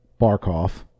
Barkov